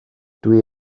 dwi